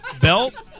Belt